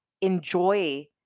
enjoy